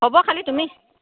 হ'ব খালী তুমি